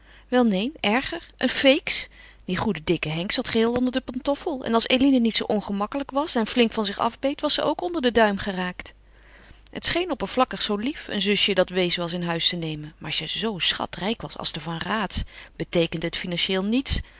wel neen erger een feeks die goede dikke henk zat geheel onder de pantoffel en als eline niet zoo ongemakkelijk was en flink van zich afbeet was ze ook onder den duim geraakt het scheen oppervlakkig zoo lief een zusje dat wees was in huis te nemen maar als je zoo schatrijk was als de van raats beteekende het financieel niets daarbij